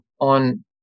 on